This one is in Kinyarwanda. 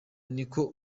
niko